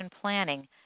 planning